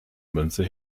münze